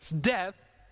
death